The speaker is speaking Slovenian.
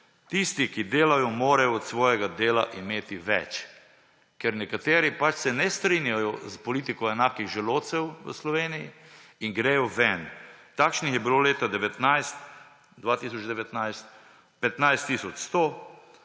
tisti, ki delajo, morajo od svojega dela imeti več. Ker nekateri se ne strinjajo s politiko enakih želodcev v Sloveniji in gredo ven. Takšnih je bilo leta 2019 15